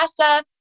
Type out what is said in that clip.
NASA